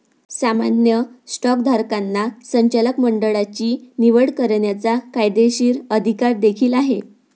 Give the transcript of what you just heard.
सामान्य स्टॉकधारकांना संचालक मंडळाची निवड करण्याचा कायदेशीर अधिकार देखील आहे